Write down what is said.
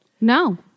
No